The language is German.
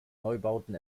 neubauten